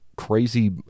crazy